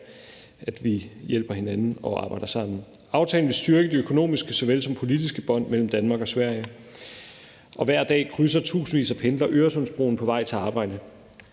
at vi hjælper hinanden og arbejder sammen. Aftalen vil styrke de økonomiske såvel som politiske bånd mellem Danmark og Sverige. Hver dag krydser tusindvis af pendlere Øresundsbroen på vej til arbejde.